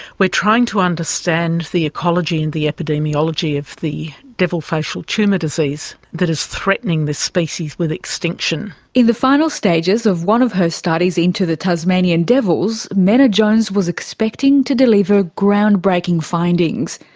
we're trying to understand the ecology and the epidemiology of the devil facial tumour disease that is threatening this species with extinction. in the final stages of one of her studies into the tasmanian devils, menna jones was expecting to deliver groundbreaking findings.